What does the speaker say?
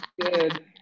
good